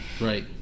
right